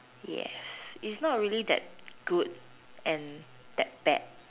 yes it's not really that good and that bad